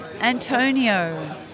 Antonio